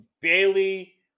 Bailey